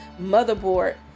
motherboard